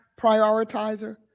prioritizer